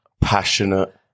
Passionate